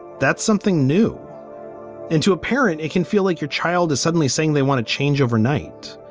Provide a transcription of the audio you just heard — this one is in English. that's something new into a parent. it can feel like your child is suddenly saying they want to change overnight.